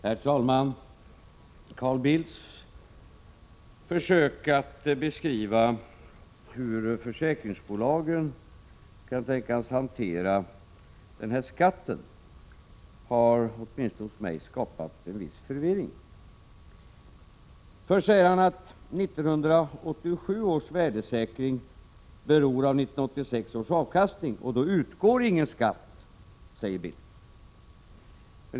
Herr talman! Carl Bildts försök att beskriva hur försäkringsbolagen kan tänkas hantera den här skatten har åtminstone hos mig skapat en viss förvirring. Först säger han att 1987 års värdesäkring beror av 1986 års avkastning, och då utgår ingen skatt, säger Bildt.